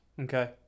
Okay